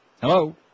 Hello